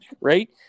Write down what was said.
Right